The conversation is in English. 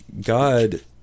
God